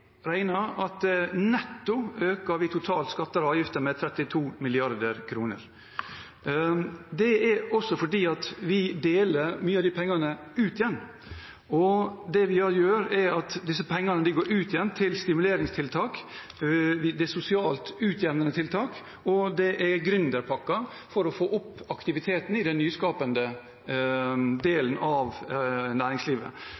at vi netto øker skatter og avgifter med totalt 32,5 mrd. kr. Det er også fordi vi deler mye av de pengene ut igjen. Disse pengene går ut igjen til stimuleringstiltak, til sosialt utjevnende tiltak og til gründerpakker for å få opp aktiviteten i den nyskapende